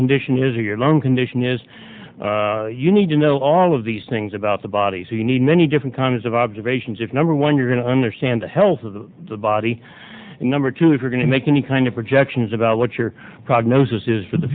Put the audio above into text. condition is a good lung condition is you need to know all of these things about the body so you need many different kinds of observations if number one you're going to understand the health of the body and number two if you're going to make any kind of projections about what your prognosis is for the